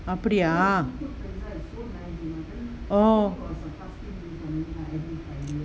அப்டியா:apdiyaa oh